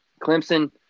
Clemson